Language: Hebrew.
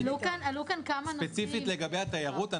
עלו כאן כמה נושאים --- ספציפית לגבי התיירות,